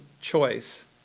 choice